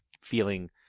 feeling